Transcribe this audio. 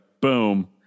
boom